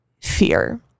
fear